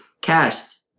cast